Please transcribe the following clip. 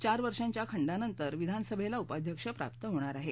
चार वर्षाच्या खंडानंतर विधानसभेला उपाध्यक्ष प्राप्त होणार आहे